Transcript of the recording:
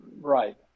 Right